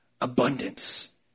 abundance